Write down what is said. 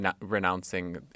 renouncing